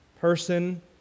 person